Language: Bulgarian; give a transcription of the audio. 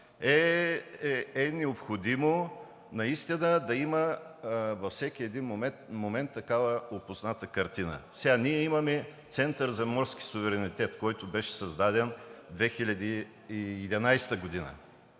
е необходимо наистина да има във всеки един момент такава опозната картина. Ние имаме Център за морски суверенитет, който беше създаден 2011 г.